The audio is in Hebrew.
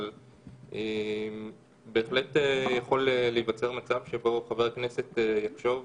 אבל בהחלט יכול להיווצר מצב שבו חבר כנסת יכול לחשוב,